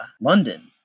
London